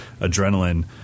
Adrenaline